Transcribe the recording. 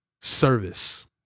service